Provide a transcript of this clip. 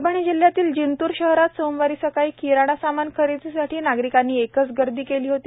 परभणी जिल्ह्यातील जिंतूर शहरात सोमवारी सकाळी किराणा सामान खरेदीसाठी नागरिकांनी एकच गर्दी केली होती